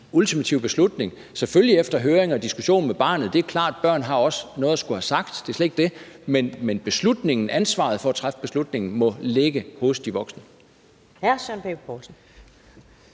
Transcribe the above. ultimative beslutning? Det skal selvfølgelig være efter høring af og diskussion med barnet, det er klart – børn har også noget at skulle have sagt; det er slet ikke det – men beslutningen, ansvaret for at træffe beslutningen, må lægge hos de voksne.